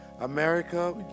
America